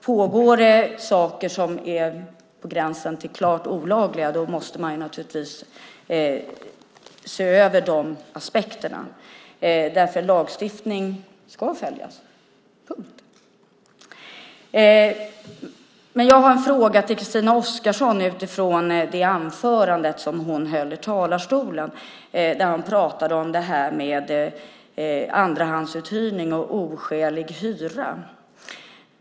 Pågår det saker som är på gränsen till klart olagliga måste man naturligtvis se över de aspekterna. För lagstiftning ska följas. Punkt. Jag har en fråga till Christina Oskarsson utifrån det anförande som hon höll i talarstolen. Hon pratade om andrahandsuthyrning och oskälig hyra.